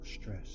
stress